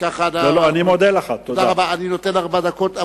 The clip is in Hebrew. אני נותן ארבע דקות,